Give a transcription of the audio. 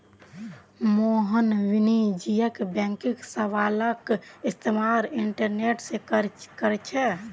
मोहन वाणिज्यिक बैंकिंग सेवालाक इस्तेमाल इंटरनेट से करछे